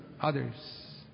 others